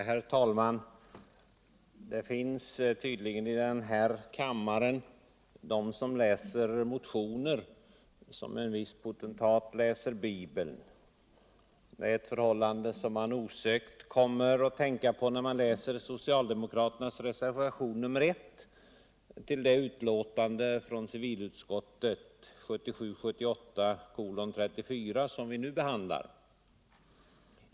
Herr talman! Det finns tydligen kammarleda möter som läser motioner som en viss potentat läser Bibeln, ett förhållande som man osökt kommer att tänka på när man läser socialdemokraternas reservation nr 1 vid civilutskottets betänkande nr 34, som vi nu behandlar.